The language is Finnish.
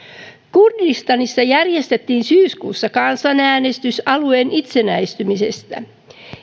kurdistanissa järjestettiin syyskuussa kansanäänestys alueen itsenäistymisestä